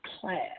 class